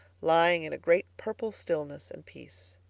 lying in a great purple stillness and peace.